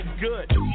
good